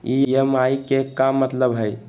EMI के का मतलब हई?